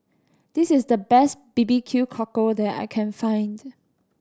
this is the best B B Q Cockle that I can find